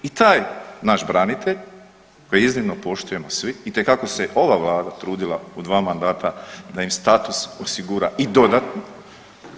I taj naš branitelj kojeg iznimno poštujemo svi itekako se ova Vlada trudila u dva mandata da im status osigura i dodatno.